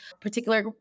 particular